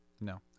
No